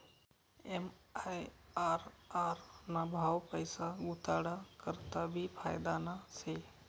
MIRR ना भाव पैसा गुताडा करता भी फायदाना शे